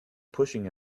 pushing